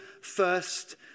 first